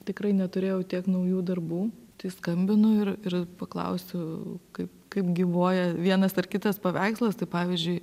tikrai neturėjau tiek naujų darbų tai skambinu ir ir paklausiu kaip kaip gyvuoja vienas ar kitas paveikslas tai pavyzdžiui